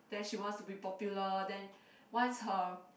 then she wants to be popular then once her